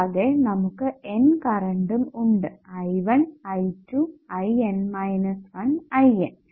കൂടാതെ നമുക്ക് N കറണ്ടും ഉണ്ട് I1I2 IN 1IN